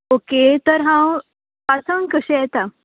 okay तर हांव पांसांग कशें येता